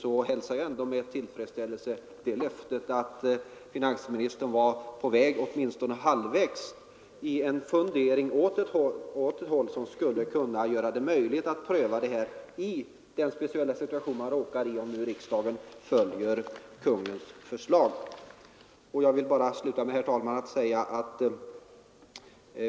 Jag hälsar med tillfredsställelse det löftet att finansministern är på väg eller åtminstone halvvägs mot en fundering åt ett håll som skulle göra det möjligt att pröva dessa ting i den speciella situation som uppstår om riksdagen följer Kungl. Maj:ts förslag. Herr talman!